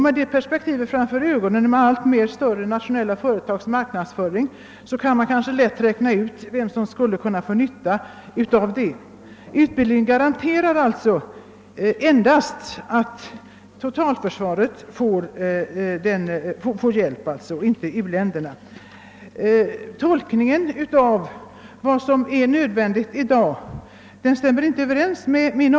Med det perspektivet för ögonen och med tanke på allt större multinationella företags marknadsföring kan man lätt räkna ut vem som skulle kunna få nytta av detta. Utbildningen garanterar alltså endast att totalförsvaret får hjälp men inte att u-länderna får det. Herr Mellqvists uppfattning om vad som är nödvändigt i dag stämmer inte överens med vår.